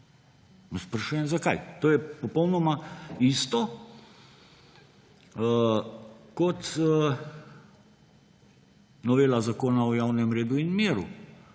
sprašujem, zakaj. To je popolnoma isto kot novela Zakona o javnem redu in miru,